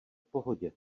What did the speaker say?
pohodě